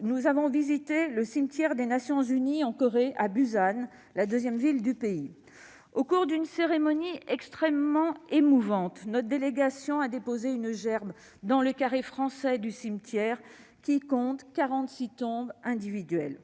nous avons visité le cimetière du mémorial des Nations unies en Corée, situé à Busan, la deuxième ville du pays. Au cours d'une cérémonie extrêmement émouvante, notre délégation a déposé une gerbe dans le carré français du cimetière, qui compte 46 tombes individuelles.